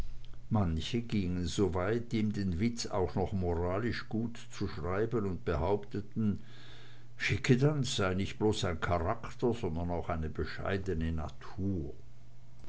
manche gingen so weit ihm den witz auch noch moralisch gutzuschreiben und behaupteten schickedanz sei nicht bloß ein charakter sondern auch eine bescheidene natur